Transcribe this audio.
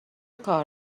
کار